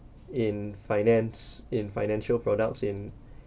in finance in financial products in